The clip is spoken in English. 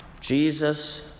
Jesus